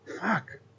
fuck